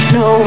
no